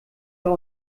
der